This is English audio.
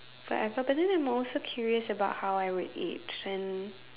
forever but then I'm also curious about how I would age then